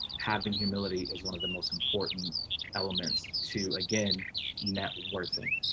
having humility is one of the most important elements to again net worth thing.